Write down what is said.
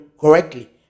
correctly